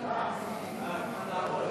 התשע"ו 2016,